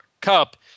Cup